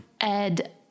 Ed